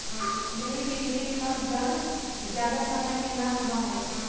जमीन के नीचे के कंद जड़ ज्यादा समय के ना होबा हई